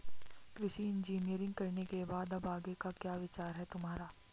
कृषि इंजीनियरिंग करने के बाद अब आगे का क्या विचार है तुम्हारा?